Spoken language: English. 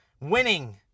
Winning